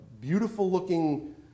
beautiful-looking